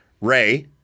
Ray